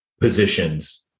positions